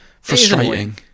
frustrating